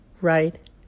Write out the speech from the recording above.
right